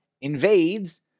invades